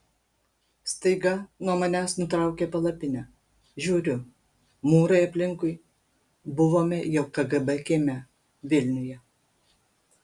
staiga nuo manęs nutraukė palapinę žiūriu mūrai aplinkui buvome jau kgb kieme vilniuje